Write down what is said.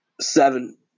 seven